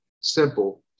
simple